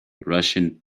russian